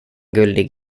guldig